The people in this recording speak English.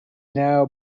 now